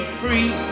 free